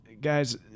Guys